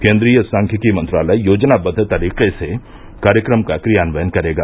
केन्द्रीय सांख्यिकी मंत्रालय योजनाबद्व तरीके से कार्यक्रम का क्रियान्वयन करेगा